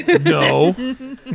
No